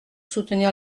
soutenir